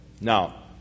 Now